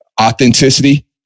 authenticity